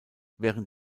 während